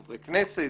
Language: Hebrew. חברי כנסת,